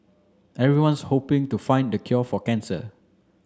everyone's hoping to find the cure for cancer